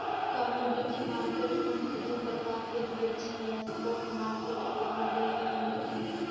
commodity market मुख्य दु प्रकार के होइ छइ स्पॉट मार्केट आऽ डेरिवेटिव